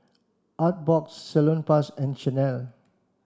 Artbox Salonpas and Chanel